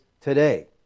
today